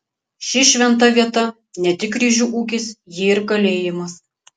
ši šventa vieta ne tik ryžių ūkis ji ir kalėjimas